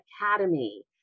Academy